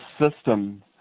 system